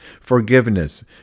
forgiveness